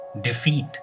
Defeat